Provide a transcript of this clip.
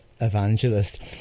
evangelist